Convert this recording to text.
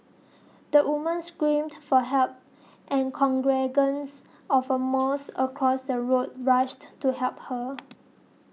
the woman screamed for help and congregants of a mosque across the road rushed to help her